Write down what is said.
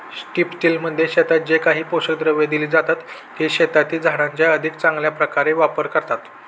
स्ट्रिपटिलमध्ये शेतात जे काही पोषक द्रव्ये दिली जातात, ती शेतातील झाडांचा अधिक चांगल्या प्रकारे वापर करतात